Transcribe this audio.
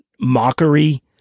mockery